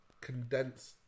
condensed